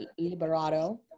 Liberato